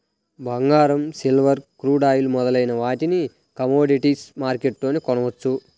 బంగారం, silver, crude oil మొదలైన వాటిని కమోడిటీస్ మార్కెట్లోనే కొనవచ్చు